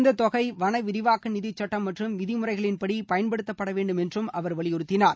இந்த தொகை வன விரிவாக்க நிதி சட்டம் மற்றும் விதிமுறைகளின்படி பயன்படுத்தப்படவேண்டும் என்றும் அவர் வலியுறுத்தினார்